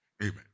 Amen